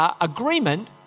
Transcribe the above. agreement